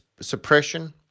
suppression